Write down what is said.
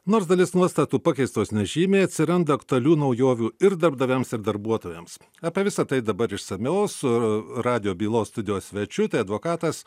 nors dalis nuostatų pakeistos nežymiai atsiranda aktualių naujovių ir darbdaviams ir darbuotojams apie visa tai dabar išsamiau su radijo bylos studijos svečiu tai advokatas